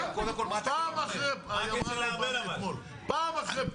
29 ביוני 2021. על